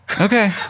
Okay